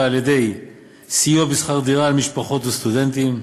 על-ידי סיוע בשכר-דירה למשפחות וסטודנטים,